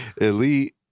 elite